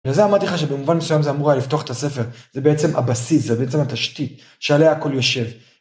וזה אמרתי לך שבמובן מסוים זה אמור היה לפתוח את הספר, זה בעצם הבסיס, זה בעצם התשתית שעליה הכל יושב.